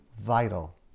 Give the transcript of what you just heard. vital